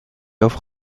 offre